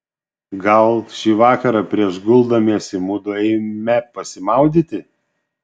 gal šį vakarą prieš guldamiesi mudu eime pasimaudyti